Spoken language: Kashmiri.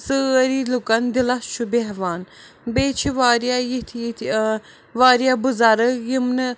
سٲری لُکَن دِلَس چھُ بیٚہوان بیٚیہِ چھِ واریاہ یِتھۍ یِتھ واریاہ بُزرگ یِم نہٕ